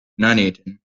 nuneaton